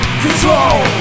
control